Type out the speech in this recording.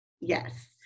Yes